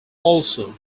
also